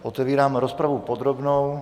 Otevírám rozpravu podrobnou.